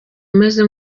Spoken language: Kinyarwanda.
umeze